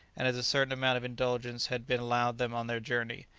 and as a certain amount of indulgence had been allowed them on their journey,